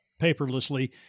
paperlessly